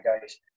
guys